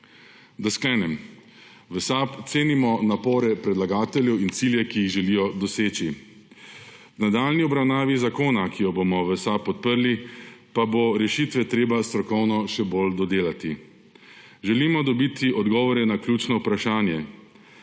Naj sklenem. V SAB cenimo napore predlagateljev in cilje, ki jih želijo doseči. V nadaljnji obravnavi zakona, ki jo bomo v SAB podprli, pa bo rešitve treba strokovno še bolj dodelati. Želimo dobiti odgovore na ključno vprašanje,